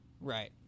Right